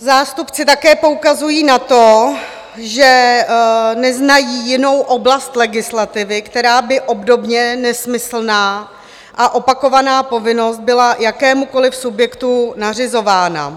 Zástupci také poukazují na to, že neznají jinou oblast legislativy, která by obdobně nesmyslná a opakovaná povinnost byla jakémukoliv subjektu nařizována.